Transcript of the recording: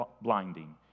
blinding